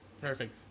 Perfect